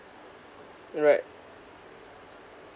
right